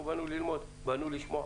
אנחנו באנו ללמוד ולשמוע.